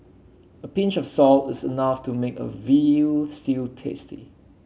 a pinch of salt is enough to make a veal stew tasty